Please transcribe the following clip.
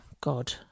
God